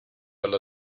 alla